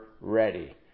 ready